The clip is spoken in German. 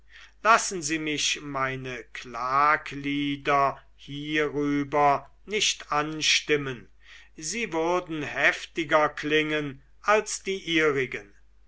lassen sie mich meine klaglieder hierüber nicht anstimmen sie würden heftiger klingen als die ihrigen